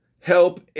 help